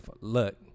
look